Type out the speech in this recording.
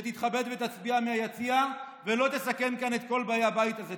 שתתכבד ותצביע מהיציע ולא תסכן כאן את כל באי הבית הזה.